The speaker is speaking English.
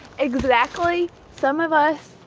exactly, some of us.